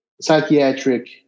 psychiatric